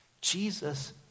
Jesus